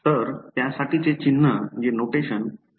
तर त्यासाठीचे चिन्ह नोटेशन पीव्ही आहे